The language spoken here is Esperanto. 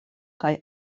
kaj